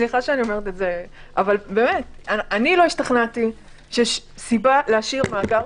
אני לא השתכנעתי שיש סיבה להשאיר מאגר